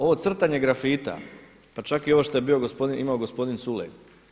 Ovo crtanje grafita, pa čak i ovo što je imao gospodin Culej.